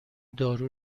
دارو